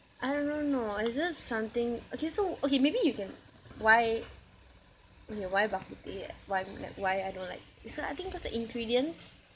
I don't know it's just something okay so okay maybe you can why okay why bak kut teh why I'm like why I don't like is what I think cause the ingredients